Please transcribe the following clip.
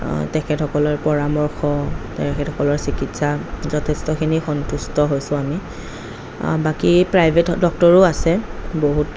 তেখেতসকলৰ পৰামৰ্শ তেখেতসকলৰ চিকিৎসাত যথেষ্টখিনি সন্তুষ্ট হৈছো আমি বাকী প্ৰাইভেট ডক্টৰো আছে বহুত